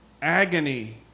agony